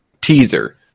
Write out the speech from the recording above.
teaser